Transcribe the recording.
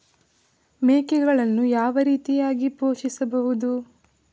ಮೇಕೆಗಳನ್ನು ಯಾವ ರೀತಿಯಾಗಿ ಪೋಷಿಸಬಹುದು?